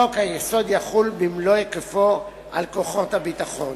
חוק-היסוד יחול במלוא היקפו על כוחות הביטחון.